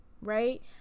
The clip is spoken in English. right